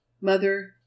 Mother